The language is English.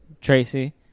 Tracy